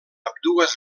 ambdues